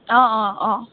অঁ অঁ অঁ